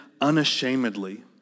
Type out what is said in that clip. unashamedly